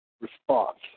response